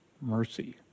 mercy